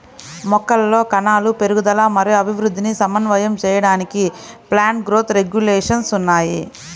మొక్కలలో కణాల పెరుగుదల మరియు అభివృద్ధిని సమన్వయం చేయడానికి ప్లాంట్ గ్రోత్ రెగ్యులేషన్స్ ఉన్నాయి